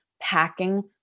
packing